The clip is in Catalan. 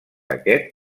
aquest